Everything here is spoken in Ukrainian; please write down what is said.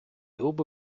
губи